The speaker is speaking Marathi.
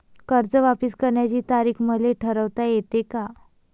कर्ज वापिस करण्याची तारीख मले ठरवता येते का?